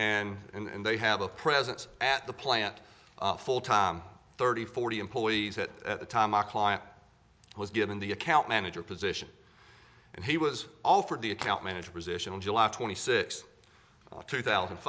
w and and they have a presence at the plant full time thirty forty employees at a time a client was given the account manager position and he was offered the account manager position on july twenty sixth two thousand